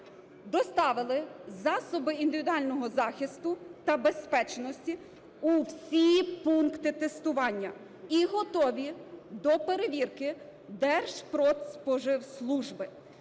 доставили засоби індивідуального захисту та безпечності у всі пункти тестування, і готові до перевірки Держпродспоживслужби.